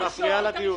את מפריעה לדיון.